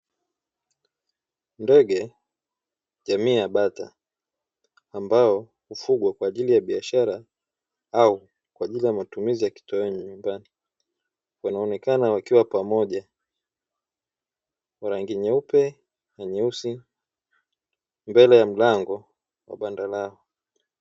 Ndege jamii ya bata ambao hufugwa kwa ajili ya biashara au kwa ajili ya matumizi ya kitoweo nyumbani, wanaonekana wakiwa pamoja wa rangi nyeupe na nyeusi mbele ya mlango wa banda lao.